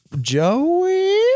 Joey